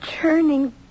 churning